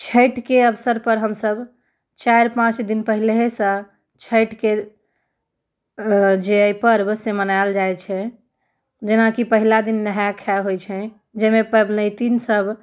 छठके अवसर पर हम सभ चारि पाँच दिन पहिलहेसँ छठिके जे अछि पर्ब से मनाएल जाइत छै जेना कि पहिला दिन नहाय खाय होइत छै जेहिमे पबनैतिन सभ